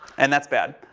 and that's bad.